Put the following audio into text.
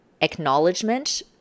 acknowledgement